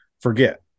forget